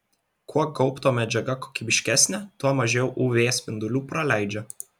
kuo gaubto medžiaga kokybiškesnė tuo mažiau uv spindulių praleidžia